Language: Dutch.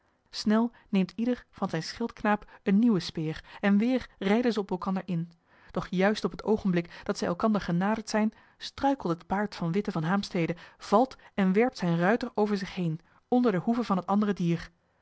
snel neemt ieder van zijn schildknaap eene nieuwe speer en weer rijden zij op elkander in doch juist op het oogenblik dat zij elkander genaderd zijn struikelt het paard van witte van haemstede valt en werpt zijn ruiter over zich heen onder de hoeven van het andere dier